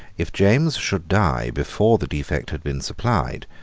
if james should die before the defect had been supplied,